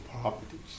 properties